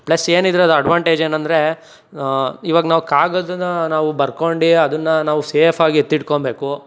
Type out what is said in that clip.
plus ಏನಿದ್ರದ್ದು advantage ಏನಂದರೆ ಇವಾಗ ನಾವು ಕಾಗದದ ನಾವು ಬರ್ಕೊಂಡು ಅದನ್ನ ನಾವು ಸೇಫಾಗಿ ಎತ್ತಿಟ್ಕೋಂಬೇಕು